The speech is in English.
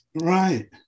Right